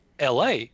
LA